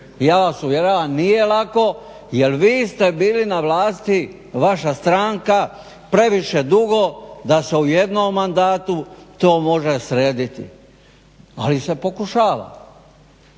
ja vas uvjeravam nije lako jer vi ste bili na vlasti, vaša stranka previše dugo da se u jednom mandatu to može srediti ali se pokušava.